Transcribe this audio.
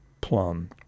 plum